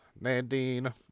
Nadine